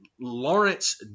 Lawrence